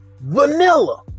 Vanilla